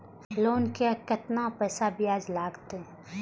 Loan के केतना पैसा ब्याज लागते?